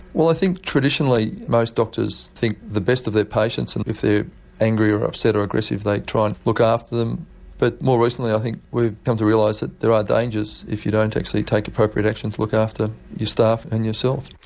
well i think traditionally most doctors think the best of their patients and if they're angry or upset or aggressive they try to and look after them but more recently i think we've come to realise that there are dangers if you don't actually take appropriate action to look after your staff and yourself.